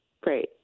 Great